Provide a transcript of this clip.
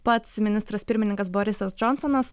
pats ministras pirmininkas borisas džonsonas